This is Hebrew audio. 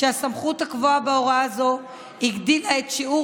שהסמכות הקבועה בהוראה זו הגדילה את שיעור